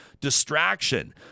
distraction